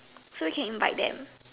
so can invite them